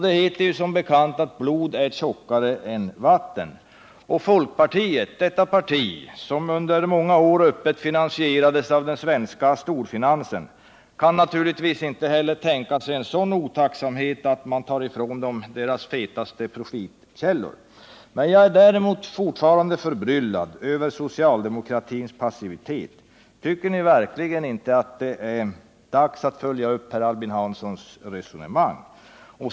Det heter som bekant att blod är tjockare än vatten. Och folkpartiet — detta parti som under många år öppet finansierades av den svenska storfinansen — kan naturligtvis inte heller tänka sig att visa en sådan otacksamhet att man tar ifrån företagsägarna deras fetaste profitkällor. Jag är däremot fortfarande förbryllad över socialdemokraternas passivitet. Tycker ni verkligen inte att det nu är dags att följa upp Per Albin Hanssons resonemang?